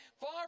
far